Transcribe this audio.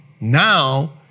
now